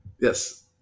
Yes